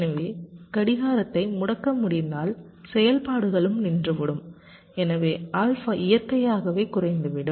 எனவே கடிகாரத்தை முடக்க முடிந்தால் செயல்பாடுகளும் நின்றுவிடும் எனவே ஆல்பா இயற்கையாகவே குறைந்துவிடும்